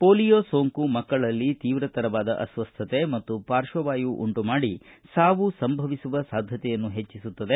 polio ಸೋಂಕು ಮಕ್ಕಳಲ್ಲಿ ತೀವ್ರ ತರವಾದ ಅಸ್ಪಸ್ಥತೆ ಮತ್ತು ಪಾರ್ಶ್ವವಾಯು ಉಂಟುಮಾಡಿ ಸಾವು ಸಂಭವಿಸುವ ಸಾಧ್ಯತೆಯನ್ನು ಹೆಚ್ಚಿಸುತ್ತದೆ